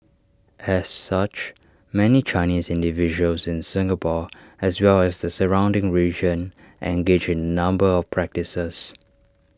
as such many Chinese individuals in Singapore as well as the surrounding region engage in A number of practices